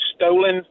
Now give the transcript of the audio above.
stolen